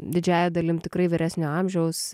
didžiąja dalim tikrai vyresnio amžiaus